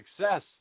success